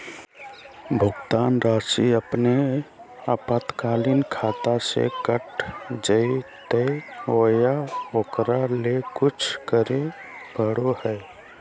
भुक्तान रासि अपने आपातकालीन खाता से कट जैतैय बोया ओकरा ले कुछ करे परो है?